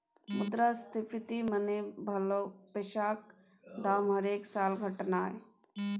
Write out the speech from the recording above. मुद्रास्फीति मने भलौ पैसाक दाम हरेक साल घटनाय